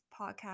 podcast